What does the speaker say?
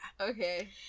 Okay